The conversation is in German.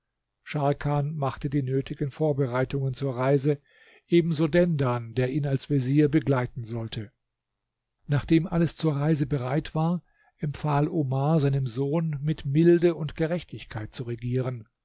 scharkan machte die nötigen vorbereitungen zur reise ebenso dendan der ihn als vezier begleiten sollte nachdem alles zur reise bereit war empfahl omar seinem sohn mit milde und gerechtigkeit zu regieren